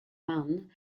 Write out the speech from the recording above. one